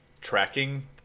tracking